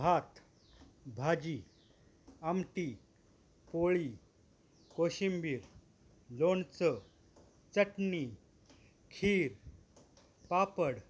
भात भाजी आमटी पोळी कोशिंबीर लोणचं चटणी खीर पापड